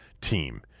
team